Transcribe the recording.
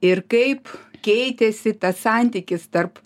ir kaip keitėsi tas santykis tarp